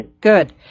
Good